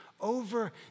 over